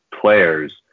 players